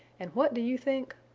and what do you think?